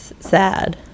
sad